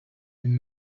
been